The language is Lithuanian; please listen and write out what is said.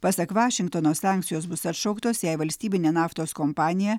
pasak vašingtono sankcijos bus atšauktos jei valstybinė naftos kompanija